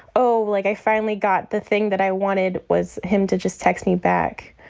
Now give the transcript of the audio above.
oh, like i finally got the thing that i wanted was him to just text me back.